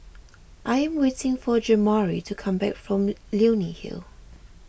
I am waiting for Jamari to come back from Leonie Hill